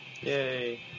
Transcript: Yay